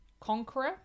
conqueror